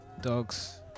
Dogs